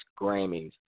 Grammys